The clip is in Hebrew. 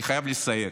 אני חייב לסייג: